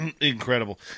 Incredible